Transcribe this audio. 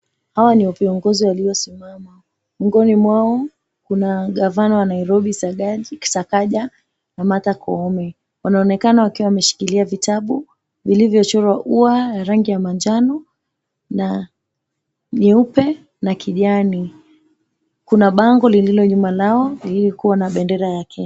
Hawa ni viongozi waliosimama, miongoni mwao kuna Gavana wa Nairobi, Sakaja na Martha Koome. Wanaonekana wakiwa wameshikilia vitabu vilivyochorwa ya ya rangi ya manjano na nyeupe na kijani. Kuna bango lililo nyuma lao, lililokuwa na bendera ya Kenya.